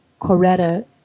Coretta